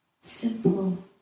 Simple